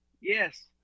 Yes